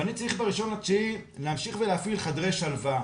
ואני צריך ב-1.9 להמשיך ולהפעיל "חדרי שלווה",